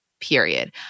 period